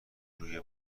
روی